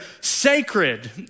sacred